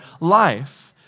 life